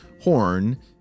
horn